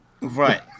Right